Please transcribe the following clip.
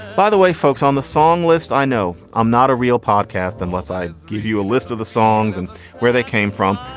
by the way, folks on the song list. i know i'm not a real podcast unless i give you a list of the songs and where they came from.